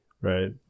right